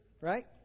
right